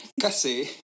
kasi